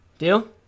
Deal